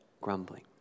grumbling